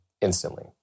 instantly